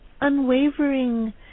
unwavering